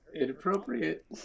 inappropriate